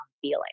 feeling